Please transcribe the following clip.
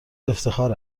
افتخار